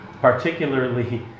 particularly